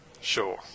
Sure